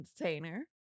entertainer